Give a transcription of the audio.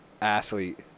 athlete